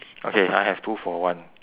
okay I have two for one